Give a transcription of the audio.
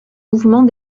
mouvements